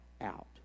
out